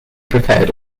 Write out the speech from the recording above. prepared